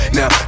Now